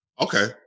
Okay